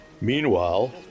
Meanwhile